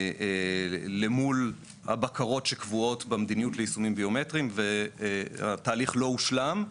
למול הבקרות שקבועות במדיניות ליישומים ביומטריים והתהליך לא הושלם,